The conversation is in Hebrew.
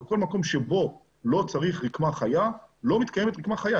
בכל מקום שבו לא צריך רקמה חיה לא מתקיימת רקמה חיה,